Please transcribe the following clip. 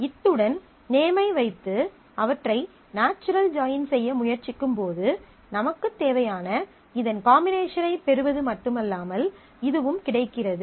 இத்துடன் நேமை வைத்து அவற்றை நாச்சுரல் ஜாயின் செய்ய முயற்சிக்கும்போது நமக்குத் தேவையான இதன் காம்பினேஷனைப் பெறுவது மட்டுமல்லாமல் இதுவும் கிடைக்கிறது